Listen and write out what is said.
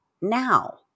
now